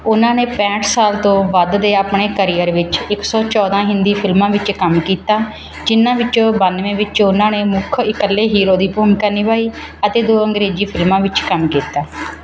ਉਨ੍ਹਾਂ ਨੇ ਪੈਂਹਠ ਸਾਲ ਤੋਂ ਵੱਧ ਦੇ ਆਪਣੇ ਕਰੀਅਰ ਵਿੱਚ ਇੱਕ ਸੌ ਚੌਦਾਂ ਹਿੰਦੀ ਫਿਲਮਾਂ ਵਿੱਚ ਕੰਮ ਕੀਤਾ ਜਿਨ੍ਹਾਂ ਵਿੱਚੋਂ ਬਾਨਵੇਂ ਵਿੱਚ ਉਨ੍ਹਾਂ ਨੇ ਮੁੱਖ ਇਕੱਲੇ ਹੀਰੋ ਦੀ ਭੂਮਿਕਾ ਨਿਭਾਈ ਅਤੇ ਦੋ ਅੰਗਰੇਜ਼ੀ ਫਿਲਮਾਂ ਵਿੱਚ ਕੰਮ ਕੀਤਾ